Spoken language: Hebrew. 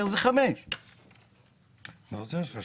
זה 5 מיליון שקלים.